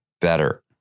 better